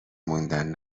موندن